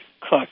Cook